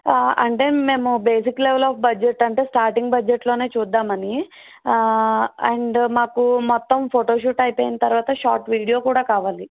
అంటే మేము basic level of budget అంటే స్టార్టింగ్ బడ్జెట్లో చూద్దామని అండ్ మాకు మొత్తం ఫొటోషూట్ అయిపోయిన తర్వాత షార్ట్ వీడియో కూడా కావాలి